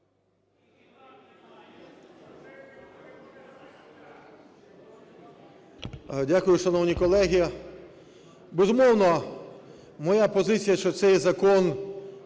Дякую, шановні колеги. Безумовно, моя позиція, що цей закон